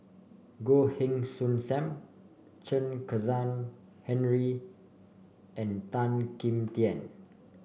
Goh Heng Soon Sam Chen Kezhan Henri and Tan Kim Tian